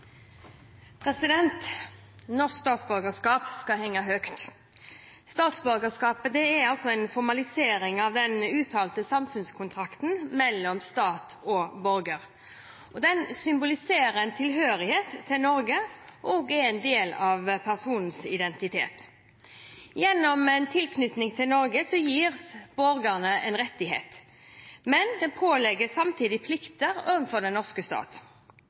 en formalisering av den uuttalte samfunnskontrakten mellom stat og borger, og den symboliserer en tilhørighet til Norge og er en del av personens identitet. Gjennom tilknytning til Norge gis borgeren rettigheter, men pålegges samtidig plikter overfor den norske